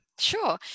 Sure